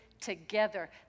together